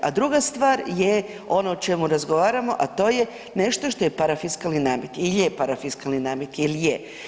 A druga stvar je ono o čemu razgovaramo, a to je nešto što je parafiskalni namet, jel je parfiskalni namet, jel je.